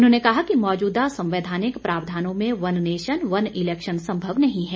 उन्होंने कहा कि मौजूदा संवैधानिक प्रावधानों में वन नेशन वन इलैक्शन सम्भव नहीं हैं